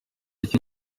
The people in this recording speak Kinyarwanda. kintu